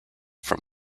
from